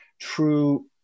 true